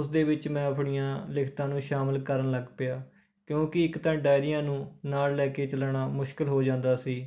ਉਸ ਦੇ ਵਿੱਚ ਮੈਂ ਆਪਣੀਆਂ ਲਿਖਤਾਂ ਨੂੰ ਸ਼ਾਮਿਲ ਕਰਨ ਲੱਗ ਪਿਆ ਕਿਉਂਕਿ ਇੱਕ ਤਾਂ ਡਾਇਰੀਆਂ ਨੂੰ ਨਾਲ ਲੈ ਕੇ ਚੱਲਣਾ ਮੁਸ਼ਕਿਲ ਹੋ ਜਾਂਦਾ ਸੀ